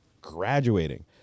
Graduating